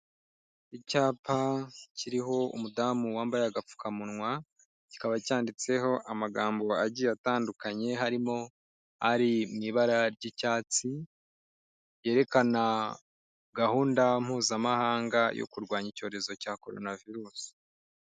Icyapa kiriho umudamu wambaye agapfukamunwa, kikaba cyanditseho amagambo agiye atandukanye, harimo ari mu ibara ry'icyatsi, yerekana gahunda mpuzamahanga yo kurwanya icyorezo cya corona virusi.